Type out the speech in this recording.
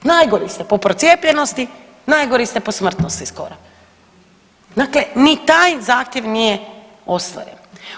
Najgori ste po procijepljenosti, najgori ste po smrtnosti skoro, dakle ni taj zahtjev nije ostvaren.